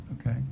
Okay